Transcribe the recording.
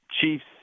Chiefs